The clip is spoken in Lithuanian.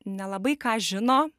nelabai ką žino